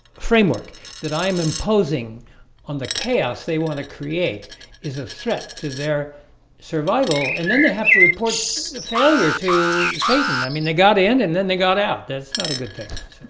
framework that i am imposing on the chaos they want to create is a threat to their survival and then they have to report failure to satan i mean they got in and then they got out. that's not a good thing.